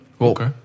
Okay